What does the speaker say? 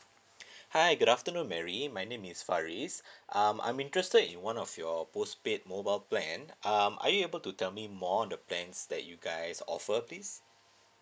hi good afternoon mary my name is faris um I'm interested in one of your postpaid mobile plan um are you able to tell me more on the plans that you guys offer please